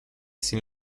sin